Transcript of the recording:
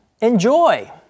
enjoy